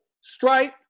Stripe